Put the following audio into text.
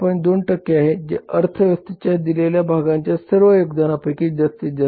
3 आहे जे अर्थव्यवस्थेच्या दिलेल्या भागांच्या सर्व योगदानापैकी जास्तीत जास्त आहे